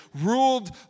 ruled